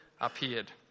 appeared